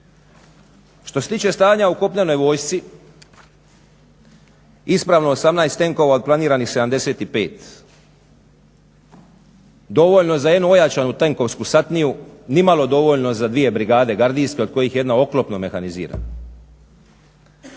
Što se tiče stanja u Kopnenoj vojsci ispravno je 18 tenkova od planiranih 75, dovoljno za jednu ojačanu tenkovsku satniju, nimalo dovoljno za dvije brigade gardijske od kojih je jedna oklopno mehanizirana.